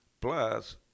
Plus